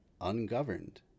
ungoverned